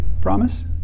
promise